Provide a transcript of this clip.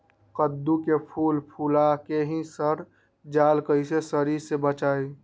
कददु के फूल फुला के ही सर जाला कइसे सरी से बचाई?